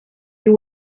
you